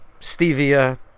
stevia